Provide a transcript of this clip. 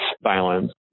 violence